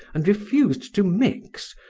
and refused to mix,